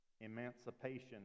emancipation